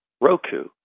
Roku